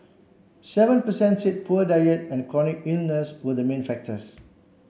seven per cent said poor diet and chronic illness were the main factors